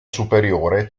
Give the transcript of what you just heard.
superiore